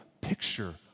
picture